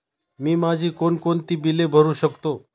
मी माझी कोणकोणती बिले भरू शकतो?